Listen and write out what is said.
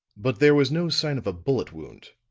but there was no sign of a bullet wound?